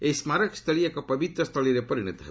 ଏହି ସ୍କାରକୀ ସ୍ଥଳି ଏକ ପବିତ୍ର ସ୍ଥଳିରେ ପରିଣତ ହେବ